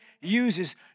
uses